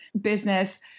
business